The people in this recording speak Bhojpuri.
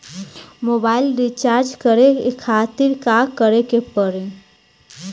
मोबाइल रीचार्ज करे खातिर का करे के पड़ी?